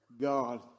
God